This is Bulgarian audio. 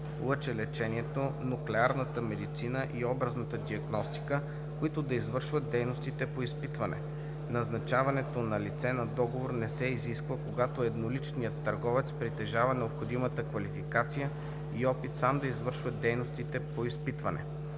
лъчелечението, нуклеарната медицина и образната диагностика, които да извършват дейностите по изпитване. Назначаване на лице на договор не се изисква, когато едноличният търговец притежава необходимата квалификация и опит сам да извършва дейностите по изпитване.